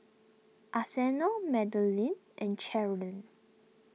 Arsenio Madelynn and Cherilyn